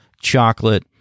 Chocolate